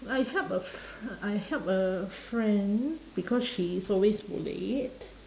I help a f~ I help a friend because she is always late